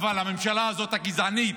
אבל הממשלה הזאת, הגזענית,